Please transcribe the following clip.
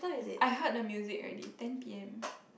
I heard the music already ten p_m